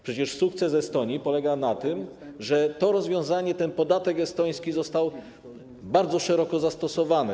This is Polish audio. Przecież sukces Estonii polega na tym, że to rozwiązanie - ten podatek estoński - zostało bardzo szeroko zastosowane.